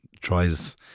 tries